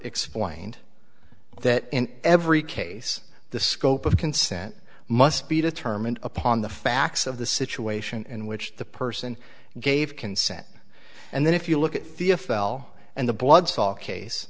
explained that in every case the scope of consent must be determined upon the facts of the situation in which the person gave consent and then if you look at fia fell and the blood saw case